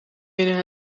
binnen